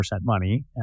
money